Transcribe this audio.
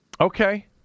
Okay